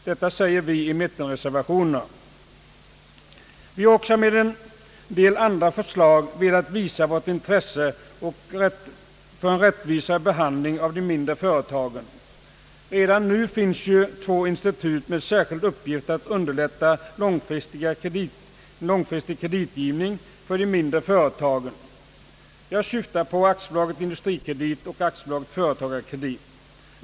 Detta säger vi alltså i mittenreservationen. Vi har också med en del andra förslag velat visa vårt intresse för en rättvisare behandling av de mindre företagen. Redan nu finns ju två institut med särskild uppgift att underlätta långfristig kreditgivning för de mindre företagen. Jag syftar på AB Industrikredit och AB Företagskredit.